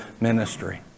ministry